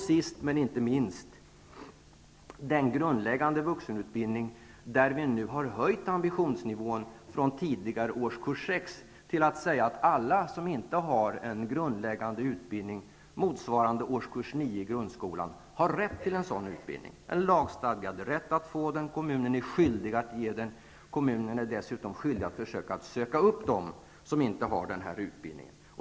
Sist men inte minst finns den grundläggande vuxenutbildning där vi nu har höjt ambitionsnivån, som tidigare var årskurs 6, till att ge alla dem som inte har en grundläggande utbildning motsvarande årskurs 9 i grundskolan rätt till en sådan utbildning. De har en lagstadgad rätt att få den, och kommunen har skyldighet att ge den. Kommunen är dessutom skyldig att söka upp dem som inte har denna utbildning.